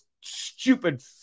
stupid